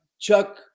Chuck